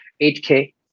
8K